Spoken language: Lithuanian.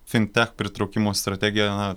fintech pritraukimo strategija